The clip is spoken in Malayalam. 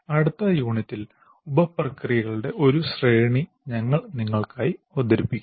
അടുത്ത യൂണിറ്റിലെ ഉപ പ്രക്രിയകളുടെ ഒരു ശ്രേണി ഞങ്ങൾ നിങ്ങൾക്കായി അവതരിപ്പിക്കും